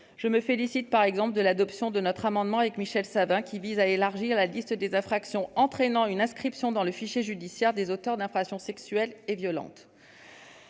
je me réjouis par exemple de l'adoption de l'amendement visant à élargir la liste des infractions entraînant une inscription dans le fichier judiciaire des auteurs d'infractions sexuelles et violentes,